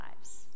lives